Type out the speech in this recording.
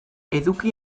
eduki